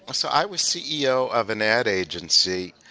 ah so i was ceo of an ad agency,